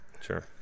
sure